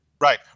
Right